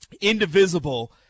indivisible